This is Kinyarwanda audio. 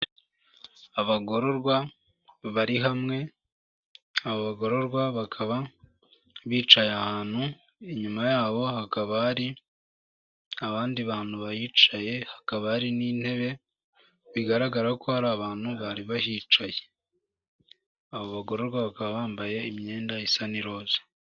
Abagororwa bari hamwe aba bagororwa bakaba bicaye ahantu inyuma yabo hakaba hari abandi bantu bahicaye hakaba hari n'intebe bigaragara ko hari abantu bari bahicaye abo bagororwa bakaba bambaye imyenda isa n'iroza.